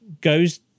goes